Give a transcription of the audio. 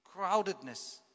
crowdedness